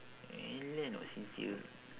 eleh not sincere